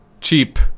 cheap